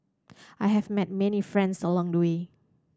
I have met many friends along the way